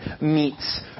meets